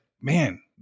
man